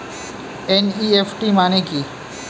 NEFT মানে কি?